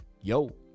yo